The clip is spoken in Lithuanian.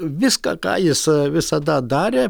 viską ką jis visada darė